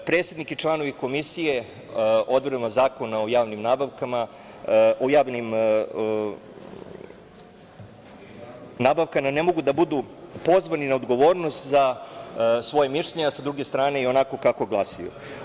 Predsednik i članovi Komisije odredbama Zakona o javnim nabavkama ne mogu da budu pozvani na odgovornost za svoje mišljenje, a sa druge strane ionako kako glasaju.